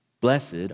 Blessed